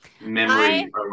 memory